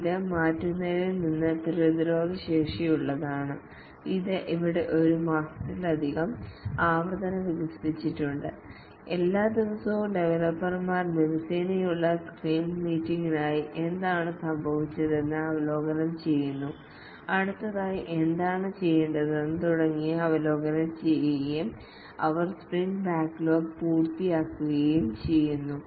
ഇത് മാറ്റുന്നതിൽ നിന്ന് പ്രതിരോധശേഷിയുള്ളതാണ് ഇത് ഇവിടെ ഒരു മാസത്തിലധികം ആവർത്തനം വികസിപ്പിച്ചെടുത്തിട്ടുണ്ട് എല്ലാ ദിവസവും ഡവലപ്പർമാർ ദിവസേനയുള്ള സ്ക്രം മീറ്റിംഗിനായി എന്താണ് സംഭവിച്ചതെന്ന് അവലോകനം ചെയ്യുന്നു അടുത്തതായി എന്താണ് ചെയ്യേണ്ടത് തുടങ്ങിയവ അവലോകനം ചെയ്യുകയും അവർ സ്പ്രിന്റ് ബാക്ക്ലോഗ് പൂർത്തിയാക്കുകയും ചെയ്യുന്നു